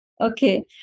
Okay